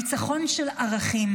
ניצחון של ערכים.